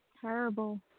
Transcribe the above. Terrible